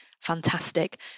fantastic